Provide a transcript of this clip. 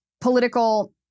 political